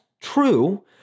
true